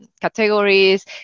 categories